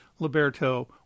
liberto